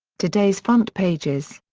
today's front pages.